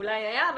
אולי היה,